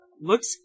Looks